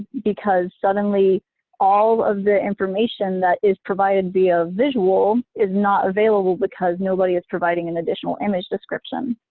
because suddenly all of the information that is provided via visual is not available because nobody is providing an additional image description.